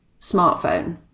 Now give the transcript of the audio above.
Smartphone